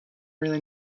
really